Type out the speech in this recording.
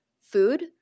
Food